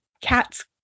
cats